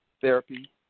therapy